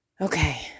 Okay